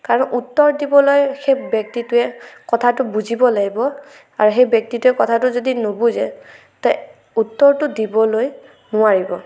আৰু উত্তৰ দিবলৈ সেই ব্যক্তিটোৱে কথাটো বুজিব লাগিব আৰু সেই ব্যক্তিটোৱে কথাটো যদি নুবুজে তে উত্তৰটো দিবলৈ নোৱাৰিব